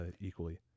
equally